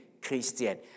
Christian